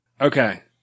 Okay